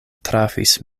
trafis